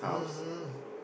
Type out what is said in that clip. mmhmm